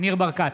ניר ברקת,